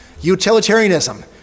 Utilitarianism